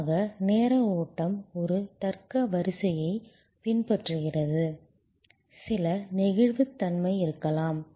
பொதுவாக நேர ஓட்டம் ஒரு தர்க்க வரிசையைப் பின்பற்றுகிறது சில நெகிழ்வுத்தன்மை இருக்கலாம்